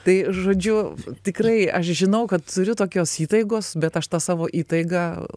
tai žodžiu tikrai aš žinau kad turiu tokios įtaigos bet aš tą savo įtaigą